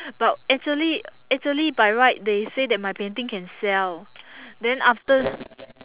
but actually actually by right they say that my painting can sell then after